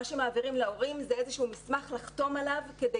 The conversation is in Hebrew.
מה שמעבירים להורים זה איזשהו מסמך לחתום עליו כדי